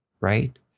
right